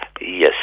Yes